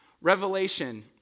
Revelation